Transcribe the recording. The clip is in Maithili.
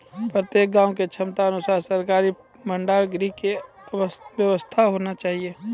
प्रत्येक गाँव के क्षमता अनुसार सरकारी भंडार गृह के व्यवस्था होना चाहिए?